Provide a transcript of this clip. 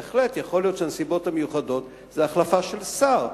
בהחלט יכול להיות שהנסיבות המיוחדות זה החלפה של שר,